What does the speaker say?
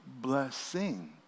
blessing